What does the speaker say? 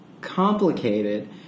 complicated